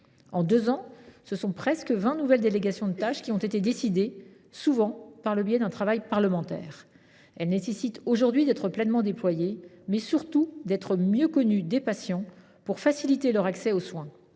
En deux ans, ce sont presque vingt nouvelles délégations de tâches qui ont été décidées, souvent par le biais d’un travail parlementaire. Elles nécessitent aujourd’hui d’être pleinement déployées, mais surtout d’être mieux connues des patients pour faciliter leur accès aux soins.